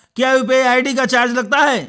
क्या UPI ID का charge लगता है?